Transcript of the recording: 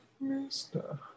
mister